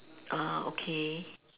ah okay